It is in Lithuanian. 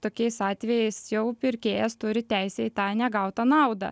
tokiais atvejais jau pirkėjas turi teisę į tą negautą naudą